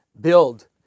build